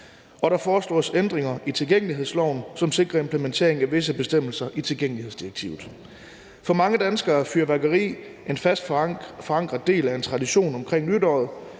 Der foreslås også ændringer i tilgængelighedsloven, som sikrer implementeringen af visse bestemmelser i tilgængelighedsdirektivet. For mange danskere er fyrværkeri en fast forankret del af en tradition omkring nytåret,